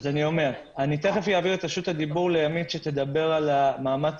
תכף אעביר את רשות הדיבור לימית שתדבר על המאמץ